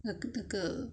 那个